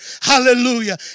Hallelujah